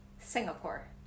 Singapore